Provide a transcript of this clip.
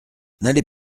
n’allez